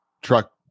truck